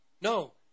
No